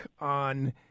on